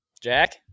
jack